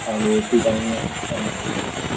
তাহলে সেই টাইমে আপনার দ হয়ে গেলো